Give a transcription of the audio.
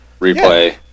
replay